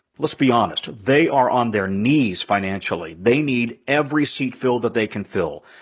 let's be honest. they are um their knees financially. they need every seat filled that they can fill,